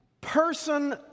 person